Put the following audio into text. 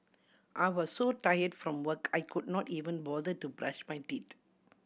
I was so tired from work I could not even bother to brush my teeth